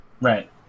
right